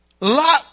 Lot